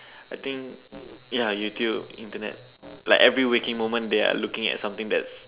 I think ya YouTube Internet like every waking moment they are looking at something that's